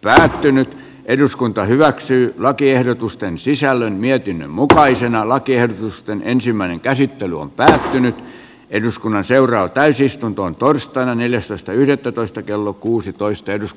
täyttynyt eduskunta hyväksyy lakiehdotusten sisällön mietin muukalaisena lakiehdotusten ensimmäinen käsittely on päätynyt eduskunnan seuraa täysistuntoon torstaina neljästoista yhdettätoista kello kuusitoista kainuussa